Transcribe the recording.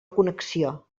connexió